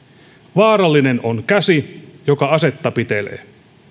vaarallinen on käsi joka asetta pitelee